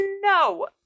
No